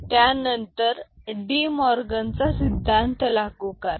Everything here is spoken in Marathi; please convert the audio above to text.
त्यानंतर डी मोर्गन चा सिद्धांत लागू करा